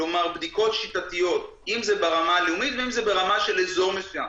כלומר בדיקות שיטתיות אם זה ברמה הלאומית ואם זה ברמה של אזור מסוים.